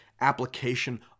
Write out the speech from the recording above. application